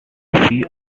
few